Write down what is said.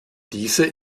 diese